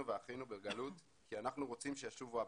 ואחינו בגלות כי אנחנו רוצים ששובו הביתה.